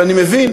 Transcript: אבל אני מבין